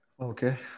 Okay